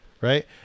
right